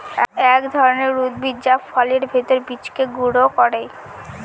এক ধরনের উদ্ভিদ যা ফলের ভেতর বীজকে গুঁড়া করে